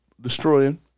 Destroying